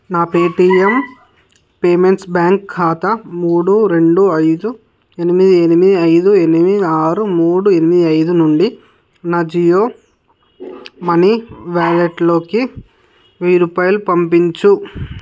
నా Paytm payments bank ఖాతా మూడు రెండు ఐదు ఎనిమిది ఎనిమిది ఐదు ఎనిమిది ఆరు మూడు ఎనిమిది ఐదు నుండి నా జియో మనీ వాలెట్లోకి వెయ్యి రూపాయలు పంపించు